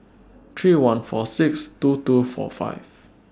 three one four six two two four five